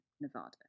Nevada